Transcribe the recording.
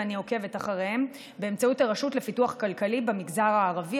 ואני עוקבת אחריהם באמצעות הרשות לפיתוח כלכלי במגזר הערבי,